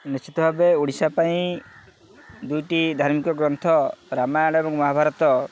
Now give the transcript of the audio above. ନିଶ୍ଚିତ ଭାବେ ଓଡ଼ିଶା ପାଇଁ ଦୁଇଟି ଧାର୍ମିକ ଗ୍ରନ୍ଥ ରାମାୟଣ ଏବଂ ମହାଭାରତ